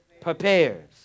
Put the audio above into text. prepares